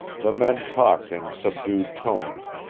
the men talked in subdued tones,